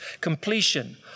completion